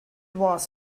was